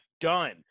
done